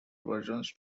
versions